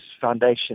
Foundation